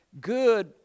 good